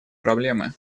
проблемы